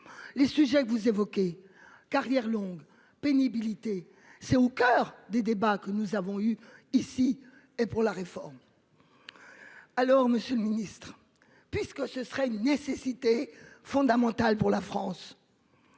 les sujets que vous évoquez carrières longues pénibilité. C'est au coeur des débats que nous avons eu ici et pour la réforme. Alors Monsieur le Ministre, puisque ce serait une nécessité fondamentale pour la France.